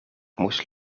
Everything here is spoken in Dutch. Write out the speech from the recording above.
moest